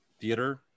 theater